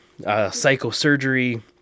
psychosurgery